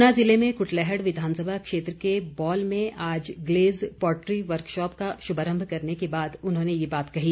ऊना जिले में कुटलैहड़ विधानसभा क्षेत्र के बौल में आज ग्लेस पॉट्री वर्कशॉप का श्भारम्भ करने के बाद उन्होंने ये बात कही